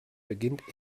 beginnt